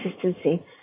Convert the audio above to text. consistency